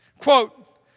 Quote